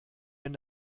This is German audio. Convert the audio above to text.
wenn